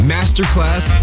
Masterclass